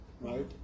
right